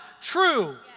true